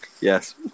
Yes